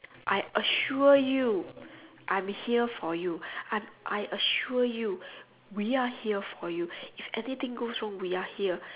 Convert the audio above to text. I assure you I'm here for you I'm I assure you we are here for you if anything goes wrong we are here